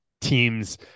teams